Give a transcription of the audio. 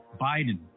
Biden